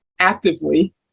Actively